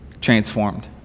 transformed